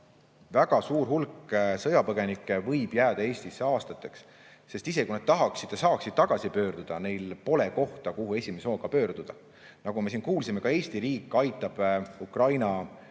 väga suur hulk sõjapõgenikke võib jääda Eestisse aastateks, sest isegi kui nad tahaksid ja saaksid tagasi pöörduda, pole neil kohta, kuhu esimese hooga pöörduda. Nagu me siin kuulsime, siis ka Eesti riik aitab Ukraina